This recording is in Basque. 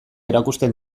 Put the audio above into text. erakusten